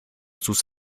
sus